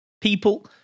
people